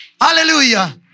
Hallelujah